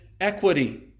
equity